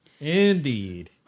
Indeed